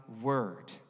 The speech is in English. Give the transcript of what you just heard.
word